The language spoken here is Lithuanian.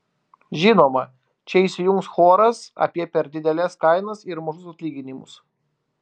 žinoma čia įsijungs choras apie per dideles kainas ir mažus atlyginimus